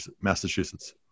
Massachusetts